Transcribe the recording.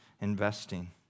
investing